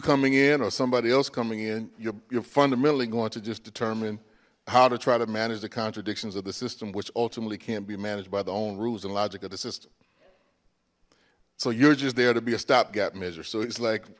coming in or somebody else coming in you're fundamentally going to just determine how to try to manage the contradictions of the system which ultimately can't be managed by the own rules and logic of the system so you're just there to be a stopgap measure so it's like